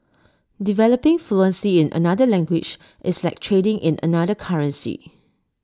developing fluency in another language is like trading in another currency